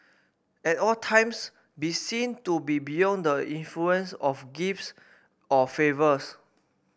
at all times be seen to be beyond the influence of gifts or favours